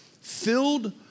Filled